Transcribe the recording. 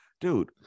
dude